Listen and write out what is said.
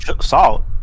Salt